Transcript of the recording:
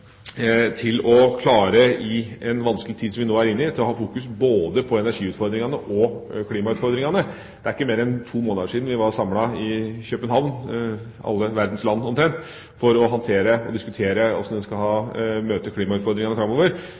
til å klare å ha fokus både på energiutfordringene og klimautfordringene. Det er ikke mer enn to måneder siden vi – omtrent alle verdens land – var samlet i København for å diskutere hvordan vi skal møte klimautfordringene framover.